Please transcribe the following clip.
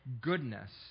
goodness